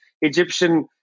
Egyptian